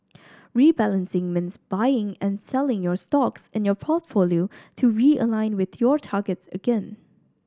rebalancing means buying and selling stocks in your portfolio to realign with your targets again